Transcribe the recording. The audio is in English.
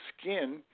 skin